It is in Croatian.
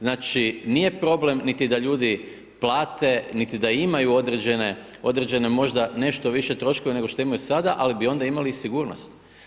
Znači nije problem niti da ljudi plate, niti da imaju određene možda, nešto više troškove nego što imaju sada, ali bi onda imali i sigurnost.